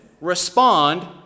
respond